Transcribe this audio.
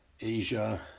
Asia